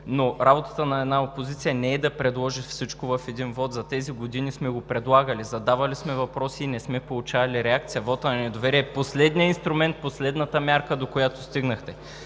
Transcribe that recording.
но работата на една опозиция не е да предложи всичко в един вот. За тези години сме го предлагали, задавали сме въпроси и не сме получавали реакция. Вотът ни на недоверие е последният инструмент, последната мярка, до която стигнахте.